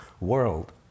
world